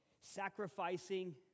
sacrificing